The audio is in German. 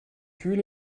fühle